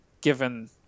given